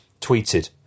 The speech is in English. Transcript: tweeted